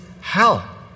hell